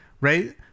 right